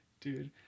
Dude